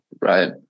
right